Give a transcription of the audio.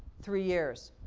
three years.